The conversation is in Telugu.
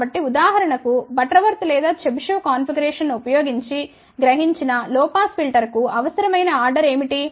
కాబట్టి ఉదాహరణకు బటర్వర్త్ లేదా చెబిషెవ్ కాన్ఫిగరేషన్ను ఉపయోగించి గ్రహించిన లో పాస్ ఫిల్టర్కు అవసరమైన ఆర్డర్ ఏమిటి